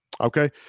okay